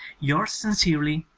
yours sincerely,